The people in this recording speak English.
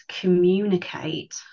communicate